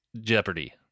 Jeopardy